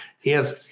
Yes